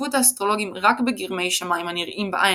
התחשבות האסטרולוגים רק בגרמי שמים הנראים בעין